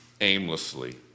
aimlessly